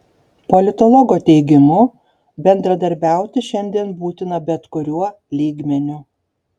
politologo teigimu bendradarbiauti šiandien būtina bet kuriuo lygmeniu